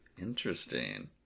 Interesting